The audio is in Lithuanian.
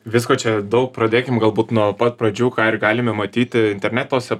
visko čia daug pradėkim galbūt nuo pat pradžių ką galime matyti internetose